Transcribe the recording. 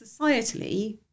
societally